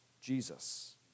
Jesus